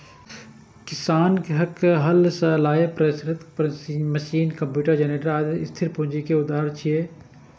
किसानक हल सं लए के परिष्कृत मशीन, कंप्यूटर, जेनरेटर, आदि स्थिर पूंजी के उदाहरण छियै